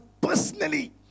personally